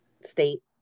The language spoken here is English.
state